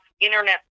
internet